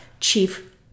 chief